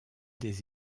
des